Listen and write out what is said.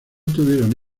tuvieron